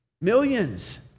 Millions